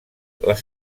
les